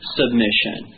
submission